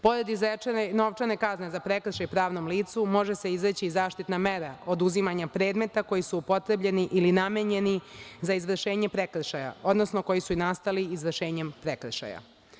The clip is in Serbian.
Pored izrečene novčane kazne za prekršaj pravnom licu, može se izreći i zaštitna mera oduzimanja predmeta koji su upotrebljeni ili namenjeni za izvršenje prekršaja, odnosno koji su nastali izvršenjem prekršaja.